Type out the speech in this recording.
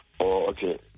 okay